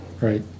right